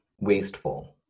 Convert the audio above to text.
wasteful